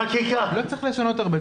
בתוך תקופה זו הייתי יושב-ראש ועדה